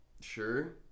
Sure